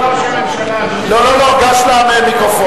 אדוני ראש הממשלה, לא, גש למיקרופון.